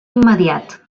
immediat